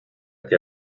que